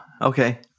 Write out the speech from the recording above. Okay